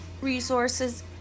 resources